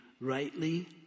rightly